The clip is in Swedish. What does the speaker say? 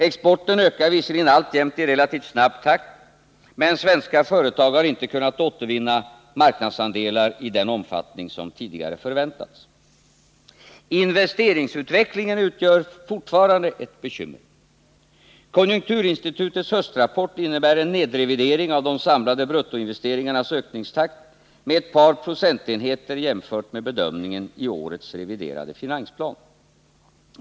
Exporten ökar visserligen alltjämt i relativt snabb takt men svenska företag har inte kunnat återvinna marknadsandelar i den omfattning som tidigare förväntats. Investeringsutvecklingen utgör fortfarande ett bekymmer. Konjukturinstitutets höstrapport innebär en nedrevidering av de samlade bruttoinvesteringarnas ökningstakt med ett par procentenheter jämfört med bedömningen i årets reviderade finansplan.